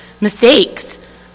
mistakes